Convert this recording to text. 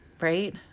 right